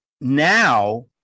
Now